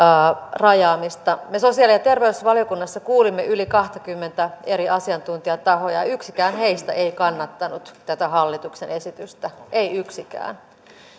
rajaamista me sosiaali ja terveysvaliokunnassa kuulimme yli kahtakymmentä eri asiantuntijatahoa ja ja yksikään heistä ei kannattanut tätä hallituksen esitystä ei yksikään